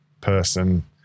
person